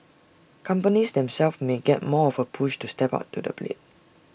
companies themselves may get more of A push to step up to the plate